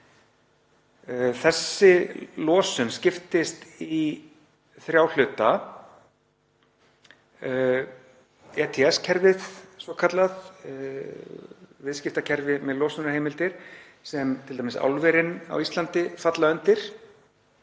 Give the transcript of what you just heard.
Þessi losun skiptist í þrjá hluta: ETS-kerfið svokallað, viðskiptakerfi með losunarheimildir sem t.d. álverin á Íslandi falla undir.